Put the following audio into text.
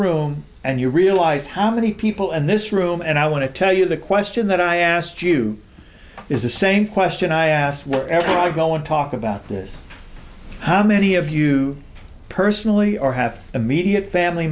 room and you realize how many people in this room and i want to tell you the question that i asked you is the same question i asked wherever i go and talk about this how many of you personally or have immediate family